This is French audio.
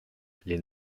les